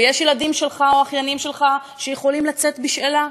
ויש ילדים שלך או אחיינים שלך שיכולים לצאת בשאלה,